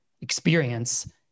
experience